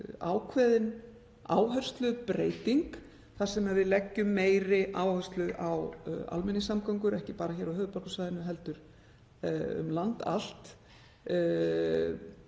ákveðin áherslubreyting þar sem við leggjum meiri áherslu á almenningssamgöngur, ekki bara hér á höfuðborgarsvæðinu heldur um land allt.